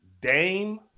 Dame